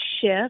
shift